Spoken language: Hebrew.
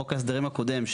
בחוק ההסדרים הקודם,